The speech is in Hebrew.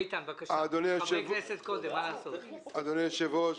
אדוני היושב-ראש,